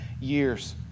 years